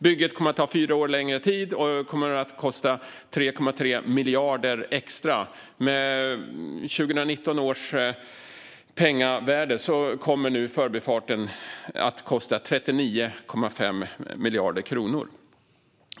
Bygget kommer att ta fyra år längre tid och kommer att kosta 3,3 miljarder extra. Med 2019 års pengavärde kommer Förbifarten nu att kosta 39,5 miljarder kronor.